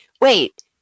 wait